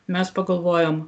mes pagalvojom